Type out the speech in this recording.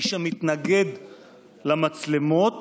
מי שמתנגד למצלמות